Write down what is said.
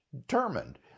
determined